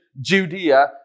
Judea